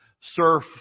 surf